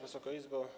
Wysoka Izbo!